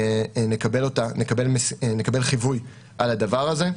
נקבל חיווי על הדבר הזה.